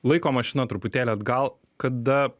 laiko mašina truputėlį atgal kada